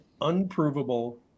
unprovable